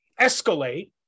escalate